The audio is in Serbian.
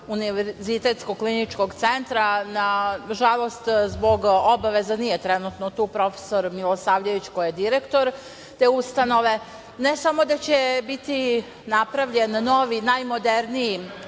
univerzitetskog kliničkog centra, nažalost, zbog obaveza nije trenutno tu profesor Milosavljević, koji je direktor te ustanove. Ne samo da će biti napravljen novi najmoderniji